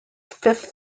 fifth